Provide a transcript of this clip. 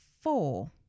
four